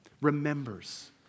Remembers